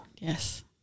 Yes